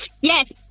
Yes